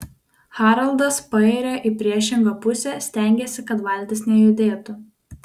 haraldas pairia į priešingą pusę stengiasi kad valtis nejudėtų